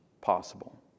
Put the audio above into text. possible